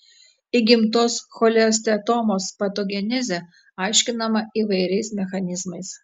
įgimtos cholesteatomos patogenezė aiškinama įvairiais mechanizmais